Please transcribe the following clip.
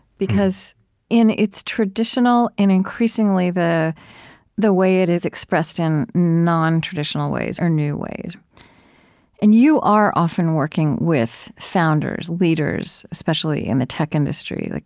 because in its traditional and, increasingly, the the way it is expressed in nontraditional ways, or new ways and you are often working with founders, leaders, especially in the tech industry, like